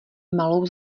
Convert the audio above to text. malou